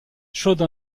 chaude